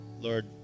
Lord